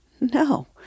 No